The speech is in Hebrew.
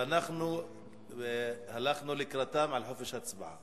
ואנחנו הלכנו לקראתם על חופש הצבעה.